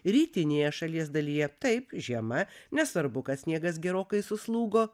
rytinėje šalies dalyje taip žiema nesvarbu kad sniegas gerokai suslūgo